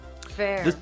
Fair